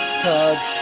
touch